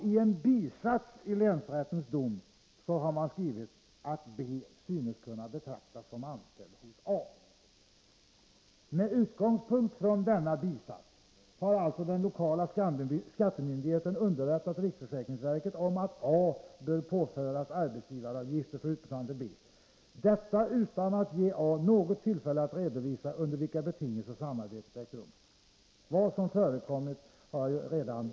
I en bisats i länsrättens dom står det att B synes kunna betraktas som anställd hos A. Med utgångspunkt i denna bisats har alltså den lokala skattemyndigheten underrättat riksförsäkringsverket om att A bör påföras arbetsgivaravgifter för utbetalningarna till B — detta utan att ge A något tillfälle att redovisa under vilka betingelser samarbetet ägt rum.